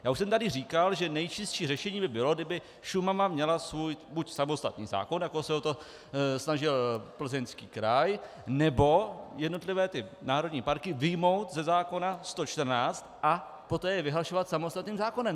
Já už jsem tady říkal, že nejčistší řešení by bylo, kdyby Šumava měla svůj buď samostatný zákon, jako se o to snažil Plzeňský kraj, nebo jednotlivé národní parky vyjmout ze zákona 114 a poté je vyhlašovat samostatným zákonem.